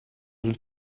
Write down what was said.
sul